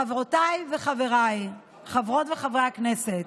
חברותיי וחבריי חברות וחברי הכנסת,